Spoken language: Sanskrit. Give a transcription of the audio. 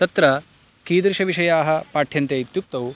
तत्र कीदृशविषयाः पाठ्यन्ते इत्युक्तौ